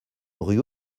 rue